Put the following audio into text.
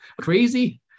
Crazy